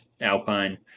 Alpine